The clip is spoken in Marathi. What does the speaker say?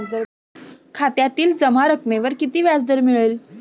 खात्यातील जमा रकमेवर किती व्याजदर मिळेल?